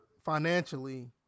financially